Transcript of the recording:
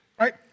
Right